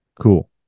Cool